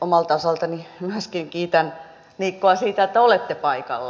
omalta osaltani myöskin kiitän niikkoa siitä että olette paikalla